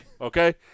Okay